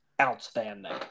outstanding